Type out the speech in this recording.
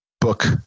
book